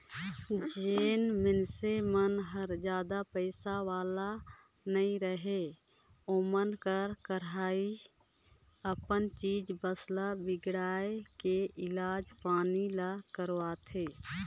जेन मइनसे मन हर जादा पइसा वाले नइ रहें ओमन का करही अपन चीच बस ल बिगायड़ के इलाज पानी ल करवाथें